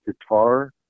Guitar